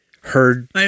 heard